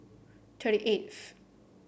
thirty eighth